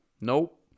Nope